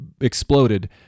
exploded